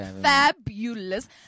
fabulous